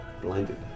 blinded